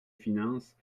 finances